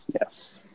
Yes